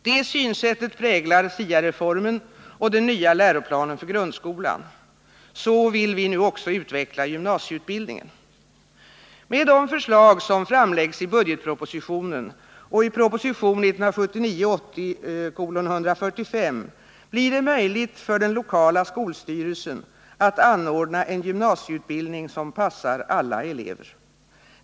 Detta synsätt präglar SIA-reformen och den nya läroplanen för grundskolan, Så vill vi nu också utveckla gymnasieutbildningen. Med de förslag som framläggs i budgetpropositionen och i proposition 1979/80:145 blir det möjligt för den lokala skolstyrelsen att anordna en gymnasieutbildning som passar alla elever.